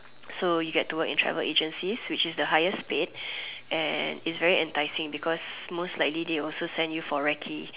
so you get to work in travel agencies which is the highest paid and it's very enticing because most likely they also send you for Ricky